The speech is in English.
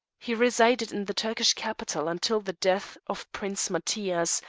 he resided in the turkish capital until the death of prince matthias,